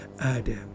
Adam